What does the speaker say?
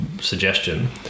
suggestion